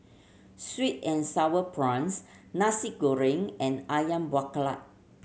sweet and Sour Prawns Nasi Goreng and Ayam Buah Keluak